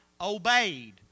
obeyed